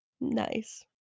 Nice